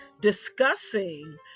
Discussing